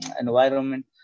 environment